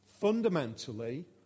fundamentally